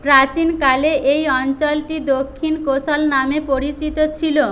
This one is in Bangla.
প্রাচীনকালে এই অঞ্চলটি দক্ষিণ কোশল নামে পরিচিত ছিল